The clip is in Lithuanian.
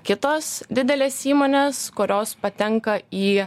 kitos didelės įmonės kurios patenka į